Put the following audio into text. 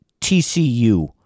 TCU